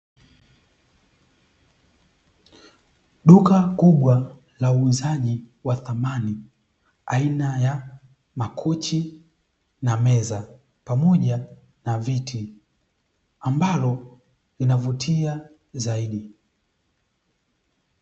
Duka kubwa la uuzaji wa samani aina ya makochi na meza pamoja na viti, ambalo linavutia zaidi.